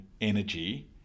energy